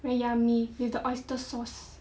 very yummy with the oyster sauce